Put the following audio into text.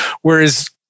Whereas